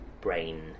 brain